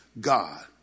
God